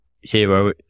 hero